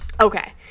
okay